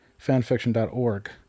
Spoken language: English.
fanfiction.org